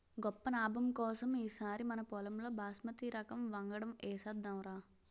గొప్ప నాబం కోసం ఈ సారి మనపొలంలో బాస్మతి రకం వంగడం ఏసేద్దాంరా